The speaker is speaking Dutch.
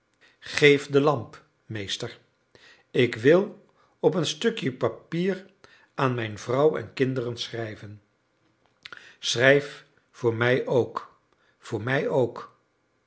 geef de lamp meester ik wil op een stukje papier aan mijn vrouw en kinderen schrijven schrijf voor mij ook voor mij ook